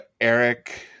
Eric